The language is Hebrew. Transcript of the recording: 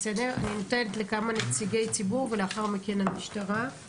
אני נותנת את זכות הדיבור לכמה נציגי ציבור ולאחר מכן למשטרה.